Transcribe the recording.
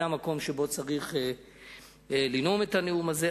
זה המקום שבו הוא צריך לנאום את הנאום הזה,